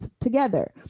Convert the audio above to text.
together